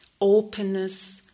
openness